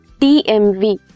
TMV